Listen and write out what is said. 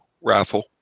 Raffle